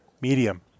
medium